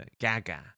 Gaga